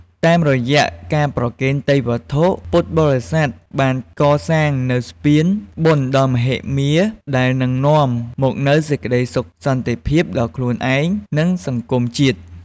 តាមរយៈការប្រគេនទេយ្យវត្ថុ ពុទ្ធបរិស័ទបានកសាងនូវស្ពានបុណ្យដ៏មហិមា ដែលនឹងនាំមកនូវសេចក្តីសុខសន្តិភាពដល់ខ្លួនឯង និងសង្គមជាតិ។